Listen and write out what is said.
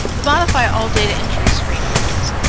the modify all data entry screen opens.